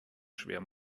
schwer